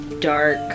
dark